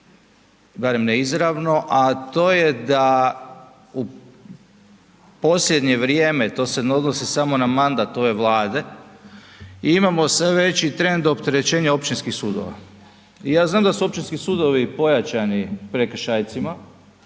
barem ne izravno a to je da u posljednje vrijeme, to se ne odnosi samo na mandat ove Vlade, imamo sve veći trend opterećenja općinskih sudova i ja znam da su općinski sudovi pojačani prekršajcima